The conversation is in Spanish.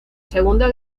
segunda